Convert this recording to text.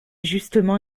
justement